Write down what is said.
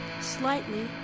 slightly